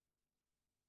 גרים.